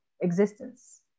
existence